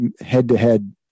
head-to-head